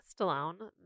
Stallone